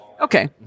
Okay